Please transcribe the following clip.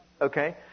Okay